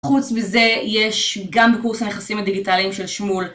חוץ מזה יש גם בקורס הנכסים הדיגיטליים של שמול.